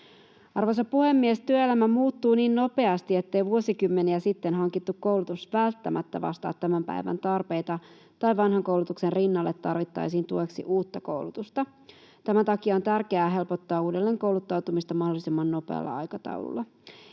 Arvoisa puhemies! Työelämä muuttuu niin nopeasti, ettei vuosikymmeniä sitten hankittu koulutus välttämättä vastaa tämän päivän tarpeita tai vanhan koulutuksen rinnalle tarvittaisiin tueksi uutta koulutusta. Tämän takia on tärkeää helpottaa uudelleenkouluttautumista mahdollisimman nopealla aikataululla.